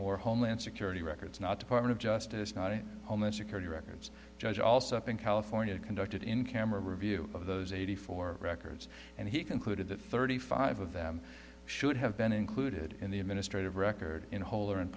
more homeland security records not department of justice not in homeland security records judge also up in california conducted in camera review of those eighty four records and he concluded that thirty five of them should have been included in the administrative record in whole or in